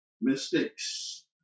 mistakes